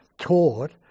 taught